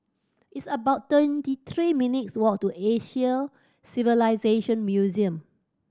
it's about twenty three minutes' walk to Asian Civilisation Museum